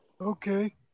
Okay